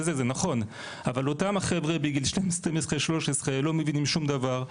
אבל אותם החבר'ה בגיל 12 13 לא מבינים שום דבר,